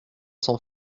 cents